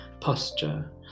posture